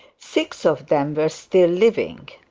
six of them were still living.